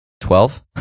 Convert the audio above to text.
Twelve